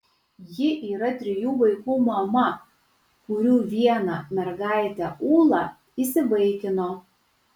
ji yra trijų vaikų mama kurių vieną mergaitę ūlą įsivaikino